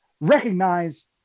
recognize